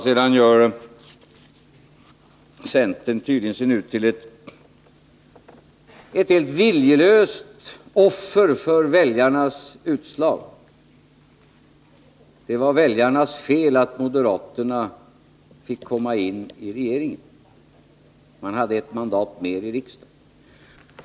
Centern gör sig tydligen nu till ett viljelöst offer för väljarnas utslag; det var väljarnas fel att moderaterna fick komma in i regeringen, eftersom de borgerliga partierna fick ett mandat mer i riksdagen.